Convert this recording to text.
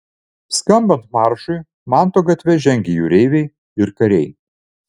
skambant maršui manto gatve žengė jūreiviai ir kariai